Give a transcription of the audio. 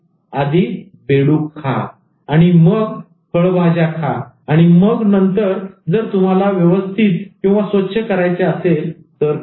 आधी बेडूक खा आणि मग फळभाज्या खा आणि मग नंतर जर तुम्हाला व्यवस्थितस्वच्छ करायचे असेल तर करा